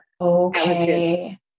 Okay